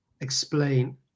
explain